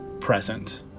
present